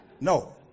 No